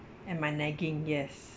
and my nagging yes